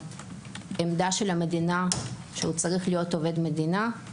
עמדת המדינה היא שהוא צריך להיות עובד מדינה.